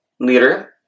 leader